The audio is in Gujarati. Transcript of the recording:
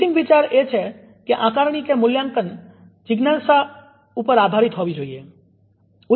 અંતિમ વિચાર એ છે કે આકરણીમૂલ્યાંકન જીજ્ઞાસા ઉપર આધારિત હોવી જોઈએ